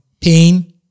pain